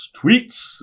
tweets